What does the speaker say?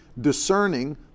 discerning